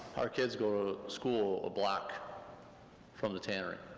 our kids go to school a block from the tannery,